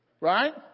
right